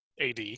AD